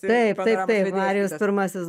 taip taip taip marijus pirmasis